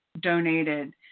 donated